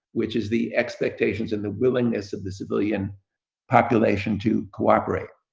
which is the expectations and the willingness of the civilian population to cooperate.